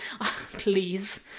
Please